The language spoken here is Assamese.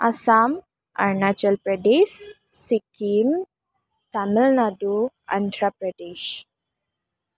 অসম অৰুণাচল প্ৰদেশ ছিকিম তামিলনাডু অন্ধ্ৰ প্ৰদেশ